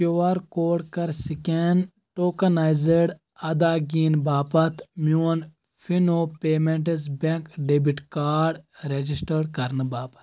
Q R code کَر scan tokenised اداگیٖن باپتھ میون Fino payments bank debit card register کرنہٕ باپتھ